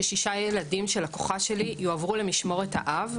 ששישה ילדים של הלקוחה שלי יעברו למשמורת האב,